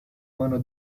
mano